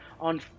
on